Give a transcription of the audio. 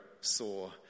saw